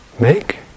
make